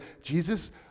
Jesus